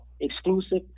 exclusive